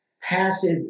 passive